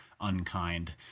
unkind